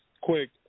quick